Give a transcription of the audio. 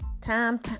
time